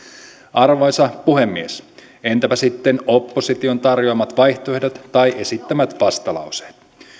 arvoisa puhemies entäpä sitten opposition tarjoamat vaihtoehdot tai sen esittämät vastalauseet